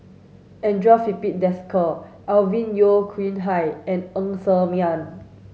Andre Filipe Desker Alvin Yeo Khirn Hai and Ng Ser Miang